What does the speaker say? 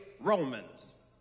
Romans